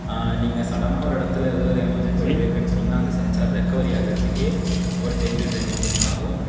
நீங்கள் சடான ஒரு இடத்துல ஏதோ ஒரு எமர்ஜென்சியில் பிரேக் அடிச்சிங்கனா அந்த சென்சார் ரெக்கவரி ஆகிறதுக்கே ஒரு டென் டூ டுவெண்ட்டி மினிட்ஸ் ஆகும்